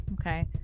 Okay